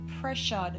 pressured